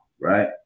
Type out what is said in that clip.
right